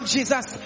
Jesus